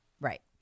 Right